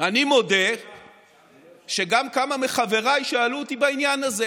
אני מודה שגם כמה מחבריי שאלו אותי בעניין הזה.